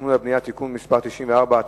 התכנון והבנייה (תיקון מס' 94),